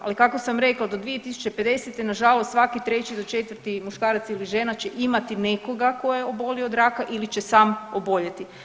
Ali kako sam rekla do 2050. nažalost svaki 3 do 4 muškarac ili žena će imati nekoga tko je obolio od raka ili će sam oboljeti.